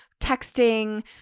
texting